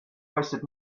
wasted